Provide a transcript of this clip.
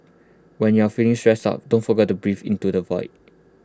when you are feeling stressed out don't forget to breathe into the void